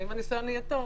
ואם הניסיון יהיה טוב